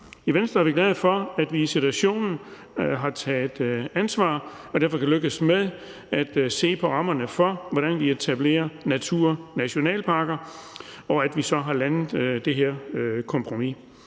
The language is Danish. I Venstre er vi glade for, at vi i situationen har taget ansvar og derfor kan lykkes med at se på rammerne for, hvordan vi etablerer naturnationalparker, og for, at vi så har landet det her kompromis.